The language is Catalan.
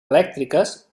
elèctriques